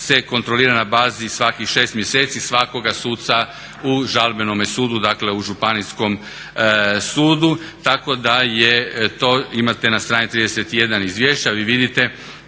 se kontrolira na bazi svakih 6 mjeseci, svakoga suca u žalbenome sudu, dakle u županijskom sudu. Tako da je to, imate na strani 31. izvješća, vi vidite